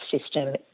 system